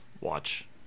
watch